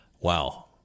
Wow